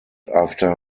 after